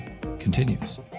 continues